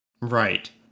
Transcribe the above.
Right